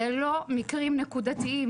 זה לא מקרים נקודתיים.